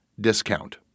discount